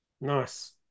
Nice